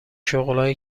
شغلهایی